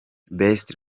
best